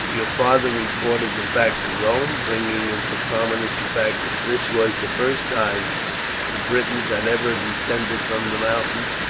your father reported the fact to rome, bringing into prominence the fact that this was the first time the britons had ever descended from the mountains,